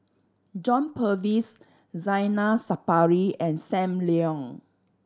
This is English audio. John Purvis Zainal Sapari and Sam Leong